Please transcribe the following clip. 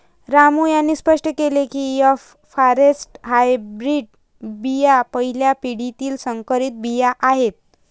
रामू यांनी स्पष्ट केले की एफ फॉरेस्ट हायब्रीड बिया पहिल्या पिढीतील संकरित बिया आहेत